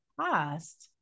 past